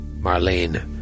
Marlene